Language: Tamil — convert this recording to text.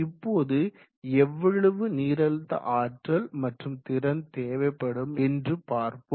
இப்போது எவ்வளவு நீரழுத்த ஆற்றல் மற்றும் திறன் தேவைப்படும் என்று பார்ப்போம்